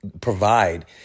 provide